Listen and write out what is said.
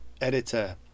editor